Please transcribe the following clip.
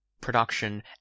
production